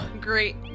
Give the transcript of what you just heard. great